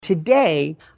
Today